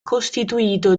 costituito